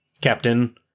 Captain